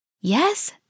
Yes